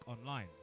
online